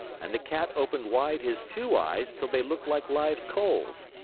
and the cat opened wide his two eyes till they looked like live coals,